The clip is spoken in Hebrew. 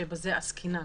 שבזה עסקינן.